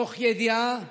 מתוך ידיעה